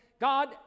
God